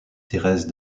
thérèse